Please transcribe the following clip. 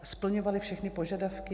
Splňovaly všechny požadavky?